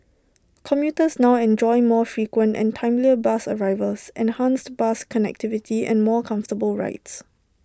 commuters now enjoy more frequent and timelier bus arrivals enhanced bus connectivity and more comfortable rides